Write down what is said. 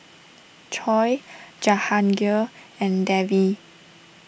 Choor Jahangir and Devi